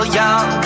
young